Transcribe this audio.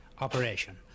operation